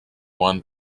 one